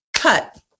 Cut